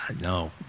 no